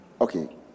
Okay